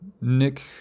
Nick